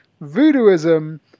voodooism